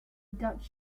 dutch